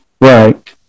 right